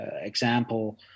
example